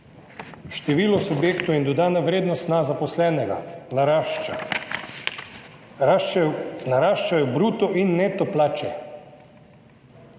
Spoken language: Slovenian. Število subjektov in dodana vrednost na zaposlenega narašča. Naraščajo bruto in neto plače.